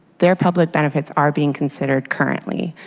they're public benefits are being considered currently.